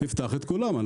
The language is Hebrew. תפתח את כולם.